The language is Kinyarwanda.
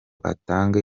atange